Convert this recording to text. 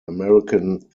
american